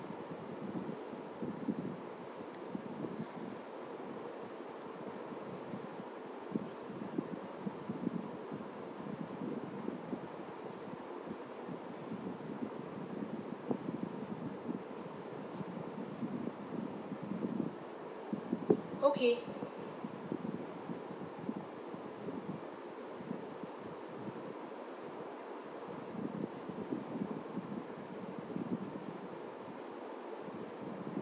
okay